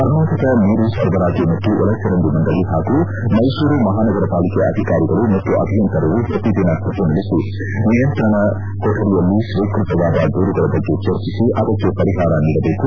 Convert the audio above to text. ಕರ್ನಾಟಕ ನೀರು ಸರಬರಾಜು ಮತ್ತು ಒಳಚರಂಡಿ ಮಂಡಳಿ ಹಾಗೂ ಮೈಸೂರು ಮಹಾನಗರಪಾಲಿಕೆ ಅಧಿಕಾರಿಗಳು ಮತ್ತು ಅಭಿಯಂತರರು ಪ್ರತಿದಿನ ಸಭೆ ನಡೆಸಿ ನಿಯಂತ್ರಣ ಕೊಠಡಿಯಲ್ಲಿ ಸ್ವೀಕೃತವಾದ ದೂರುಗಳ ಬಗ್ಗೆ ಚರ್ಚಿಸಿ ಅದಕ್ಕೆ ಪರಿಹಾರ ನೀಡಬೇಕು